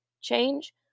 change